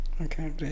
Okay